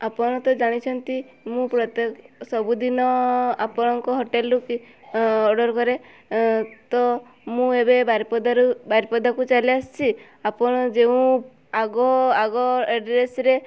ଆପଣ ତ ଜାଣିଛନ୍ତି ମୁଁ ପ୍ରତ୍ୟେକ ସବୁଦିନ ଆପଣଙ୍କ ହୋଟେଲ୍ରୁ କି ଅର୍ଡ଼ର୍ କରେ ଏ ତ ମୁଁ ଏବେ ବାରିପଦାରୁ ବାରିପଦାକୁ ଚାଲି ଆସଚି ଆପଣ ଯେଉଁ ଆଗ ଆଗ ଏଡ଼୍ରେସ୍ରେ